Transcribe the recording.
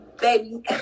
baby